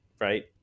right